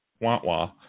Wah-wah